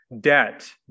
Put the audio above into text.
debt